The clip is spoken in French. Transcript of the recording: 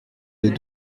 des